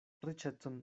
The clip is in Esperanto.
riĉecon